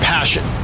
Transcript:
Passion